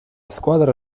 squadra